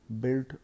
built